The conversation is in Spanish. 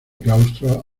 claustro